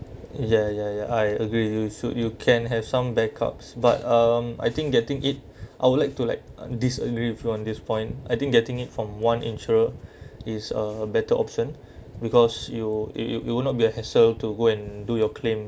ya ya ya I agree you should you can have some backups but um I think getting it I would like uh to like disagree with you on this point I think getting it from one insurer is a better option because you you you you will not be a hassle to go and do your claim